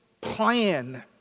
plan